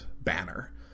banner